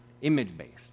image-based